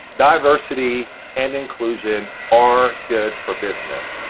diversity and inclusion are good for business.